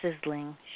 sizzling